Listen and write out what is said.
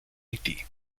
haití